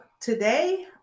today